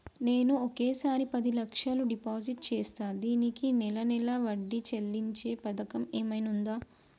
నేను ఒకేసారి పది లక్షలు డిపాజిట్ చేస్తా దీనికి నెల నెల వడ్డీ చెల్లించే పథకం ఏమైనుందా?